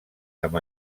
amb